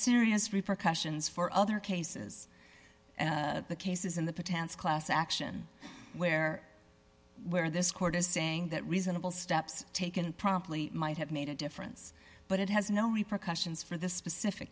serious repercussions for other cases and the cases in the potential class action where where this court is saying that reasonable steps taken promptly might have made a difference but it has no repercussions for the specific